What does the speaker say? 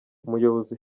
umuyobozi